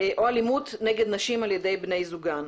או אלימות נגד נשים על ידי בני זוגן.